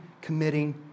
committing